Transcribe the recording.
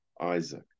Isaac